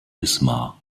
wismar